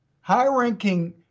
high-ranking